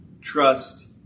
trust